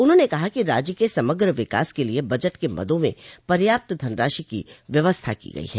उन्होंने कहा कि राज्य के समग्र विकास के लिये बजट के मदों में पर्याप्त धनराशि की व्यवस्था की गई है